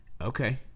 Okay